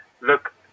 look